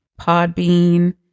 Podbean